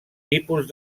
tipus